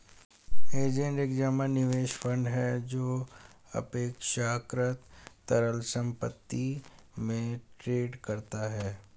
hedge fund एक जमा निवेश फंड है जो अपेक्षाकृत तरल संपत्ति में ट्रेड करता है